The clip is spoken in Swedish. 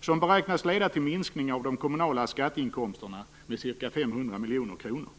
som beräknas leda till en minskning av de kommunala skatteinkomsterna med ca 500 miljoner kronor.